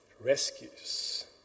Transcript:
rescues